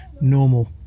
normal